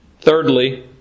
Thirdly